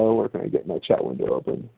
where can i get my chat window open?